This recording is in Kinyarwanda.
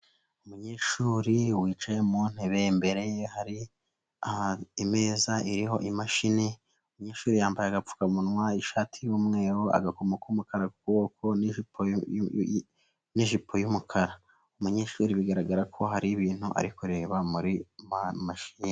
Umunyeshuri wicaye mu ntebe, imbere ye hari imeza iriho imashini, umunyeshuri yambara agapfukamunwa, ishati y'umweru , agakomo k'umukara kuboko, n'ijipo n'ijipo y'umukara, umunyeshuri bigaragara ko hari ibintu arikureba muri mashini.